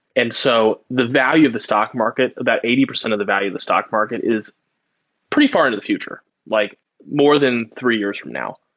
and so the value of the stock market, about eighty percent of the value of the stock market is pretty far into the future. like more than three years from now.